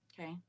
Okay